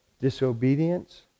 disobedience